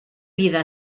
vida